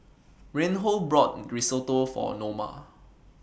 Reinhold bought Risotto For Noma